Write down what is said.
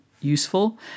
useful